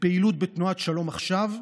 לפעילות בתנועת שלום עכשיו,